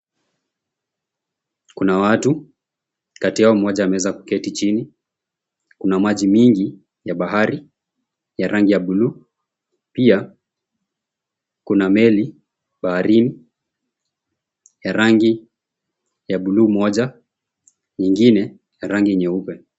Kuna watu. Kati yao mmoja ameweza kuketi chini. Kuna maji mingi ya bahari ya rangi ya buluu. Pia, kuna meli baharini ya rangi ya buluu moja, nyingine rangi nyeupe.